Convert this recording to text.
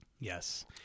Yes